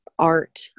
Art